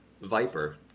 Viper